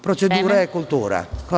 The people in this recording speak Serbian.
Procedura je kultura.